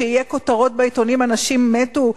שיהיו כותרות בעיתונים: אנשים מתו?